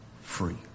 free